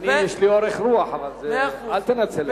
אני, יש לי אורך רוח, אבל אל תנצל את זה.